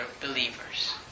believers